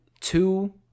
Two